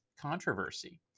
controversy